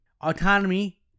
autonomy